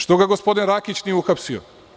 Što ga gospodin Rakić nije uhapsio?